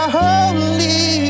holy